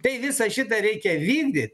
tai visą šitą reikia vykdyt